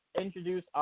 introduce